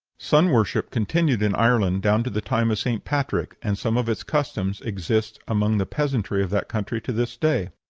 sun-worship continued in ireland down to the time of st. patrick, and some of its customs exist among the peasantry of that country to this day.